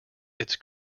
its